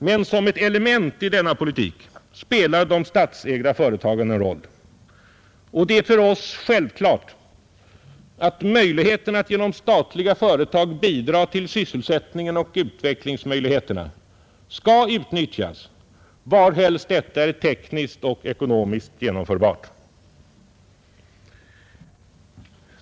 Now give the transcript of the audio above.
Men som ett element i denna politik spelar de statsägda företagen en roll, och det är för oss självklart att möjligheten att genom statliga företag bidra till sysselsättningen och utvecklingsmöjligheterna skall utnyttjas varhelst detta är tekniskt och ekonomiskt genomförbart.